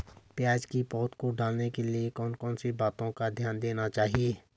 प्याज़ की पौध डालने के लिए कौन कौन सी बातों का ध्यान देना चाहिए?